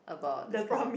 the promise